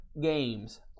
games